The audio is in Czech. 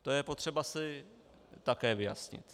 To je potřeba si také vyjasnit.